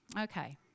Okay